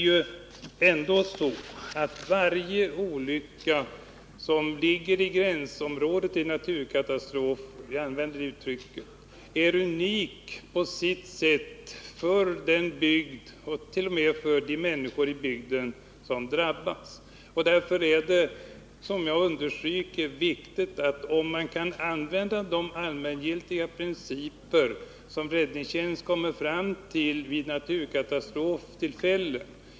Men ändå är varje olycka som ligger i gränsområdet till naturkatastrof — om vi använder det uttrycket — unik på sitt sätt för den bygd ocht.o.m. för de människor i bygden som drabbas. Därför är det. som jag vill understryka. viktigt att man också för annan bedömning skall kunna använda de allmängiltiga principer som räddningstjänstkommittén kommer fram till vad gäller naturkatastroftillfällen.